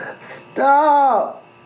Stop